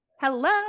Hello